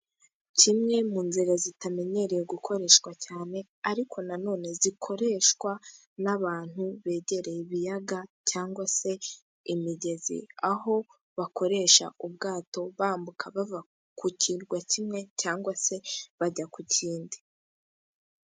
Kimwe mu nzira zitamenyereye gukoreshwa cyane, ariko nanone zikoreshwa n'abantu begereye ibiyaga cyangwa se imigezi, aho bakoresha ubwato bambuka bava ku kirwa kimwe cyangwa se bajya ku kindi.